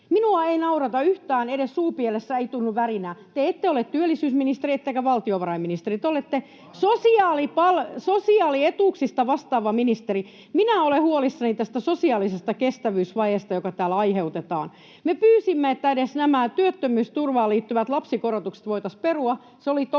Minua ei naurata yhtään, edes suupielessä ei tunnu värinää. Te ette ole työllisyysministeri ettekä valtiovarainministeri, te olette sosiaali-etuuksista vastaava ministeri. Minä olen huolissani tästä sosiaalisesta kestävyysvajeesta, joka täällä aiheutetaan. Me pyysimme, että edes nämä työttömyysturvaan liittyvien lapsikorotusten muutokset voitaisiin perua.